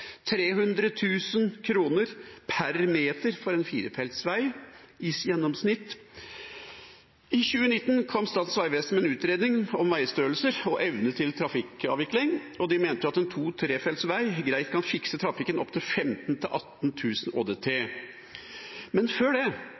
for en firefeltsvei. I 2019 kom Statens vegvesen med en utredning om veistørrelser og evne til trafikkavvikling, og de mente at en to-/trefeltsvei greit kan fikse trafikken opp til 15 000–18 000 ÅDT. Men før det,